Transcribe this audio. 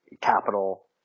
capital